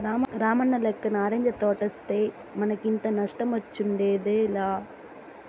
రామన్నలెక్క నారింజ తోటేస్తే మనకింత నష్టమొచ్చుండేదేలా